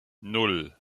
nan